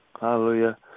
Hallelujah